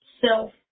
self